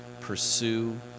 pursue